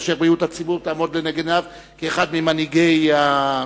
כאשר בריאות הציבור תעמוד לנגד עיניו כאחד ממנהיגי הציבור,